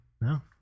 No